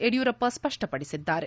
ಯಡಿಯೂರಪ್ಪ ಸ್ಪಷ್ಟಪಡಿಸಿದ್ದಾರೆ